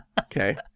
Okay